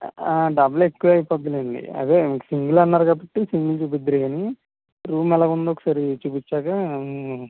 double ఎక్కువ అయిపోతుందిలెండి అదే సింగిల్ అన్నారు కాబట్టి సింగిల్ చూపిద్దురుగాని రూమ్ ఎలాగుందో ఒకసారి చూపించాక